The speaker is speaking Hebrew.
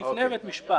עוד לפני בית משפט.